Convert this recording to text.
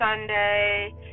Sunday